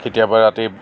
কেতিয়াবা ৰাতি